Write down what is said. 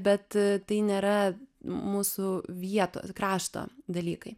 bet tai nėra mūsų vietos krašto dalykai